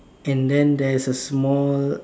and then there's a small uh